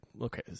okay